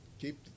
keep